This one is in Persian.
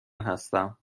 هستم